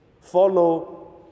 follow